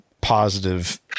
positive